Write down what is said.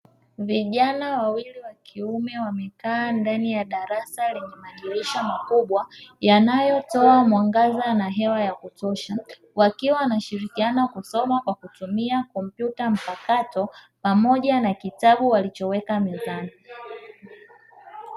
Vijana wawili wa kiume wamekaa ndani ya darasa lenye madirisha makubwa, yanayotoa mwangaza na hewa ya kutosha, wakiwa wanashirikiana kusoma kwa kutumia kompyuta mpakato, pamoja na kitabu walichoweka mezani.